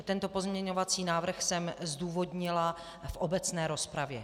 Tento pozměňovací návrh jsem zdůvodnila v obecné rozpravě.